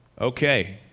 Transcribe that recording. okay